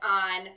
on